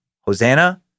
Hosanna